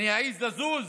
אני אעז לזוז?